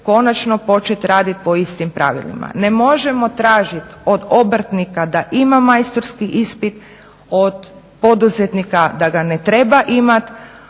konačno početi raditi po istim pravilima. Ne možemo tražiti od obrtnika da ima majstorski ispit, od poduzetnika da ga ne treba imati,